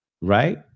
right